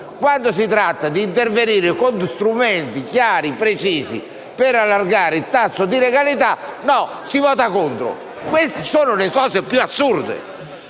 cui si tratta di intervenire con strumenti chiari e precisi per allargare il tasso di legalità si vota contro. Queste sono le cose più assurde.